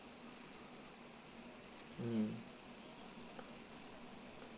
mm